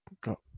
Go